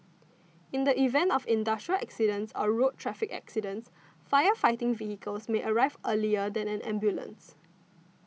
in the event of industrial accidents or road traffic accidents fire fighting vehicles may arrive earlier than an ambulance